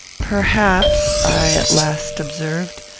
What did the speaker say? perhaps, i at last observed,